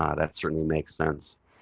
ah that certainly makes sense.